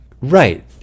Right